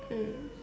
mm